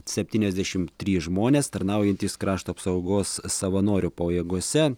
septyniasdešim trys žmonės tarnaujantys krašto apsaugos savanorių pajėgose